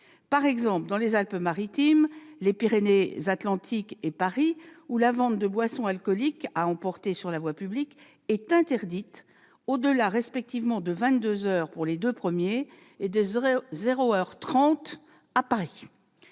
par exemple, dans les Alpes-Maritimes, les Pyrénées-Atlantiques et Paris, où la vente de boissons alcooliques à emporter sur la voie publique est interdite au-delà respectivement de vingt-deux heures pour les deux premiers et de zéro heure